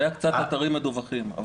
היו קצת אתרים מדווחים.